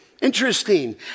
Interesting